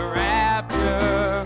rapture